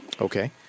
Okay